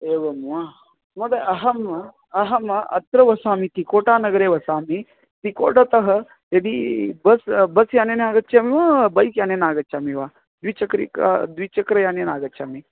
एवं वा महोदय अहम् अहम् अत्र वसामि तिकोटा नगरे वसामि तिकोटातः यदि बस् बस् यानेन आगच्छामि वा बैक् यानेन आगच्छामि वा द्विचक्रिका द्विचक्रियानेन आगच्छामि